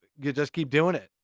you just keep doing it.